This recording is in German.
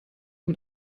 mit